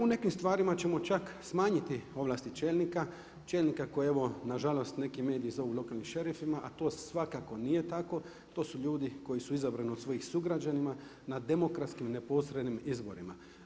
U nekim stvarima ćemo čak smanjiti ovlasti čelnika, čelnika koje evo nažalost neki mediji zovu lokalnim šerifima a to svakako nije tako, to su ljudi koji su izabrani od svojih sugrađana, na demokratskim neposrednim izborima.